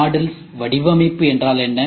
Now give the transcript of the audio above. modular வடிவமைப்பு என்றால் என்ன